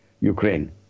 Ukraine